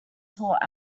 thought